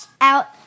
out